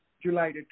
July